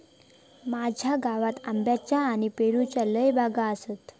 माझ्या गावात आंब्याच्ये आणि पेरूच्ये लय बागो आसत